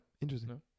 Interesting